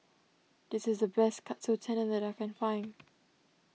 this is the best Katsu Tendon that I can find